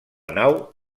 nau